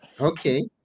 Okay